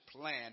Plan